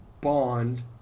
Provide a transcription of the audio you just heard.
bond